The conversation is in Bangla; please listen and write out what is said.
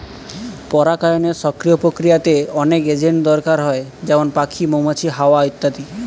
পরাগায়নের সক্রিয় প্রক্রিয়াতে অনেক এজেন্ট দরকার হয় যেমন পাখি, মৌমাছি, হাওয়া ইত্যাদি